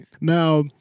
Now